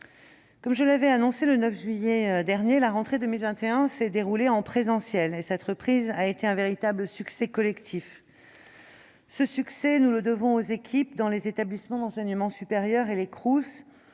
Comme je l'avais annoncé le 9 juillet dernier, la rentrée 2021 s'est déroulée en présentiel. Cette reprise a été un véritable succès collectif, que nous devons non seulement aux équipes des établissements d'enseignement supérieur et des Crous,